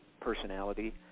personality